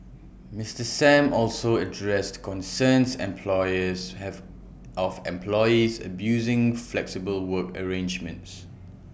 Mister Sam also addressed concerns employers have of employees abusing flexible work arrangements